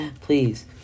Please